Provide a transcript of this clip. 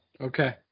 okay